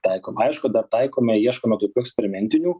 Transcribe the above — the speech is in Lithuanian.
taikom aišku dar taikome ieškome tokių eksperimentinių